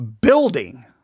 building